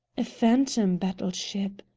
a phantom battle-ship,